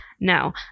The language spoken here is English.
No